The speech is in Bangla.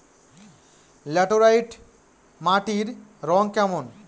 ল্যাটেরাইট মাটির রং কেমন?